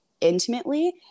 intimately